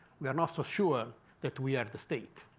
we are not so sure that we are the state.